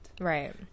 right